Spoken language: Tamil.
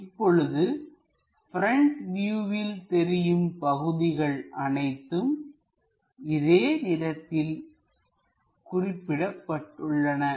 இப்பொழுது ப்ரெண்ட் வியூவில் தெரியும் பகுதிகள் அனைத்தும் இதே நிறத்தில் குறிக்கப்பட்டுள்ளன